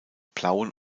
plauen